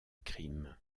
crime